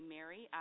Mary